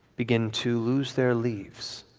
begin to lose their leaves,